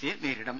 സിയെ നേരിടും